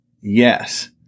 Yes